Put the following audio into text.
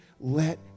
let